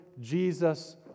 Jesus